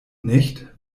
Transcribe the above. nicht